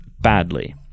badly